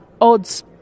Odds